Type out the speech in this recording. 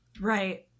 Right